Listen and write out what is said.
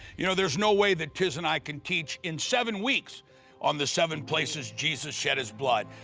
you know, there's no way that tiz and i can teach in seven weeks on the seven places jesus shed his blood.